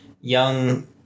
young